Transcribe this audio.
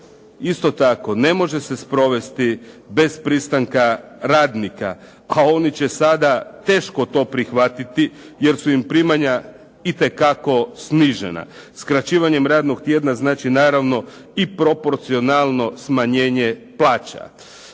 isto tako ne može se provesti bez pristanka radnika, a oni će sada teško to prihvatiti jer su im primanja itekako snižena. Skraćivanjem radnog tjedna znači naravno i proporcionalno smanjenje plaća.